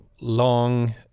long